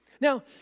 Now